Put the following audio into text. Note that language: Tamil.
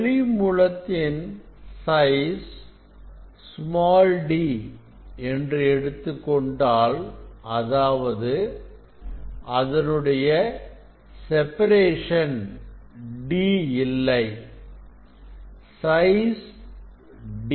ஒளி மூலத்தின் சைஸ் d என்று எடுத்துக் கொண்டால் அதாவது அதனுடைய செபரேஷன் d இல்லை சைஸ் d